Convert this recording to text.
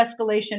escalation